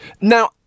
Now